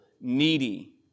needy